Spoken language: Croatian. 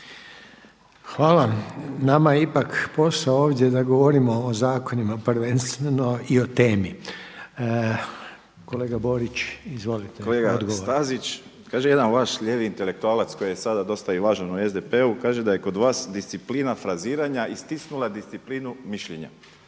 Hvala. Nama je ipak posao ovdje da govorimo o zakonima prvenstveno i o temi. Kolega Borić, izvolite, odgovor. **Borić, Josip (HDZ)** Kolega Stazić, kaže jedan vaš lijevi intelektualac koji je sada dosta i važan u SDP-u, kaže da je kod vas disciplina fraziranja istisnula disciplinu mišljenja.